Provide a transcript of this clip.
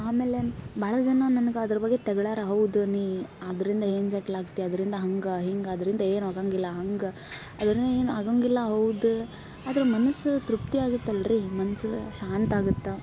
ಆಮೇಲೆ ಭಾಳ ಜನ ನನ್ಗೆ ಅದ್ರ ಬಗ್ಗೆ ತೆಗ್ಲ್ಯಾರ ಹೌದು ನೀ ಅದರಿಂದ ಏನು ಸೆಟ್ಲಾಗ್ತ್ಯ ಅದರಿಂದ ಹಂಗೆ ಹಿಂಗೆ ಅದರಿಂದ ಏನು ಆಗಂಗಿಲ್ಲ ಹಂಗೆ ಅದರಿಂದ ಏನು ಆಗಂಗಿಲ್ಲ ಹೌದು ಆದ್ರೆ ಮನಸ್ಸು ತೃಪ್ತಿ ಆಗತ್ತಲ್ರಿ ಮನ್ಸು ಶಾಂತ ಆಗತ್ತ